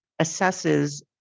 assesses